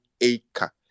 acre